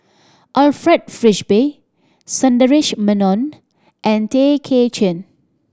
Alfred Frisby Sundaresh Menon and Tay Kay Chin